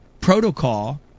protocol